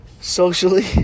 socially